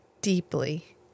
deeply